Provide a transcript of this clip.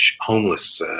homeless